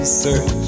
search